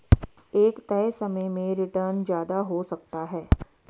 एक तय समय में रीटर्न ज्यादा हो सकता है